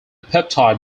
peptide